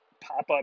pop-up